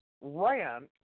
rant